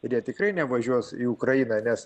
ir jie tikrai nevažiuos į ukrainą nes